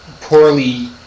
poorly